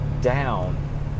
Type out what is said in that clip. Down